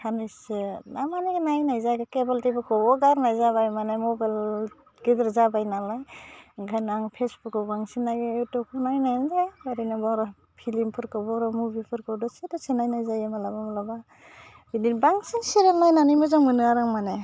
साननैसो दामानि नायनाय जायाखै केबोल टेबोलखौबो गारनाया जाबाय माने मबाइल गिदिर जाबाय नालाय ओंखायनो आं फेसबुकआव बांसिन नायो इउटुबखौ नायनायानो जाया ओरैनो बर' फिलिमफोरखौ बर' मुभिफोरखौ दसे दसे नायनाय जायो मालाबा मालाबा बिदिनो बांसिन सिरियाल नायनानै मोजां मोनो आरो आं माने